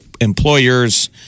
employers